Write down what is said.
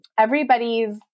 everybody's